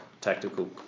tactical